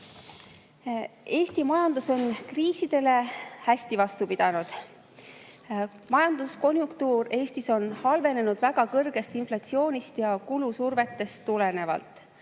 Eesti majandus on kriisidele hästi vastu pidanud. Majanduskonjunktuur Eestis on halvenenud väga kõrgest inflatsioonist ja kulusurvetest tulenevalt.